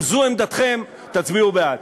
אם זו עמדתכם, תצביעו בעד.